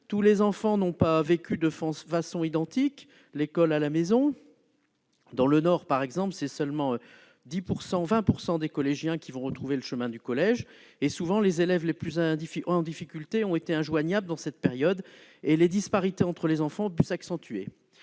Tous les enfants n'ont pas vécu de façon identique l'école à la maison. Dans le Nord, par exemple, seulement 20 % des collégiens vont retrouver le chemin de leur établissement scolaire. Les élèves les plus en difficulté ont souvent été injoignables durant cette période et les disparités entre les enfants ont pu s'accentuer.